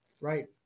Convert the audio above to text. right